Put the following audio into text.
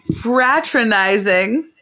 fraternizing